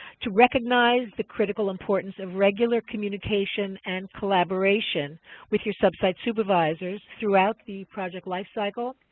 to recognize the critical importance of regular communication and collaboration with your sub-site supervisors throughout the project lifecycle.